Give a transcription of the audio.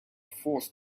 forced